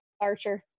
archer